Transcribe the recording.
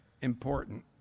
important